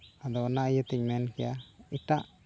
ᱟᱫᱚ ᱚᱱᱟ ᱤᱭᱟᱹ ᱛᱤᱧ ᱢᱮᱱ ᱠᱮᱫᱼᱟ ᱮᱴᱟᱜ